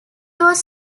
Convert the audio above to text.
was